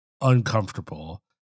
uncomfortable